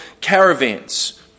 caravans